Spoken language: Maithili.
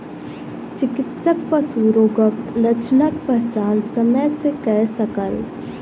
चिकित्सक पशु रोगक लक्षणक पहचान समय सॅ कय सकल